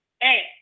Hey